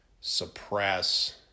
suppress